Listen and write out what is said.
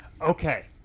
Okay